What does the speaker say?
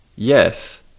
Yes